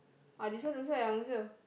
ah this one also I answer